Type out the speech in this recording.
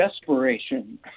desperation